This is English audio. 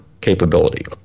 capability